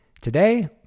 Today